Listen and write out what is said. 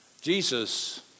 Jesus